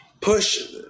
push